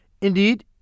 Indeed